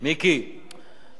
אני רוצה לפרגן לו, נו מה,